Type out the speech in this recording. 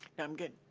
i'm good.